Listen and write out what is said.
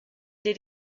did